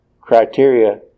criteria